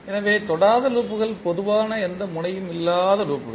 எனவே தொடாத லூப்கள் பொதுவான எந்த முனையும் இல்லாத லூப்கள்